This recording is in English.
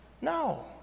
No